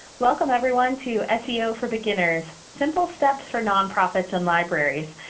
welcome, everyone, to seo for beginners simple steps for nonprofits and libraries.